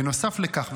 בנוסף לכך,